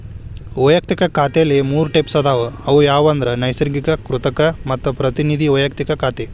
ವಯಕ್ತಿಕ ಖಾತೆಲಿ ಮೂರ್ ಟೈಪ್ಸ್ ಅದಾವ ಅವು ಯಾವಂದ್ರ ನೈಸರ್ಗಿಕ, ಕೃತಕ ಮತ್ತ ಪ್ರತಿನಿಧಿ ವೈಯಕ್ತಿಕ ಖಾತೆ